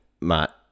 Matt